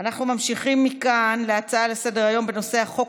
אנחנו ממשיכים מכאן להצעות לסדר-היום בנושא: החוק